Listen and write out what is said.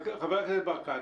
חבר הכנסת ברקת,